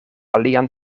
alian